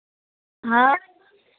हाँ